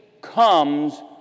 comes